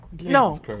no